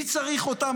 מי צריך אותם?